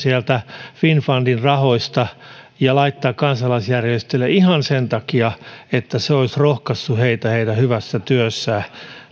sieltä finnfundin rahoista ja laittaa kansalaisjärjestöille ihan sen takia että se olisi rohkaissut heitä heidän hyvässä työssään